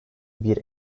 bir